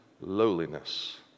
lowliness